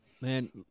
Man